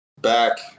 back